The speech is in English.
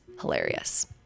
hilarious